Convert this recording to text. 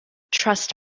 trust